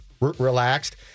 relaxed